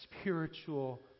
spiritual